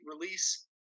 release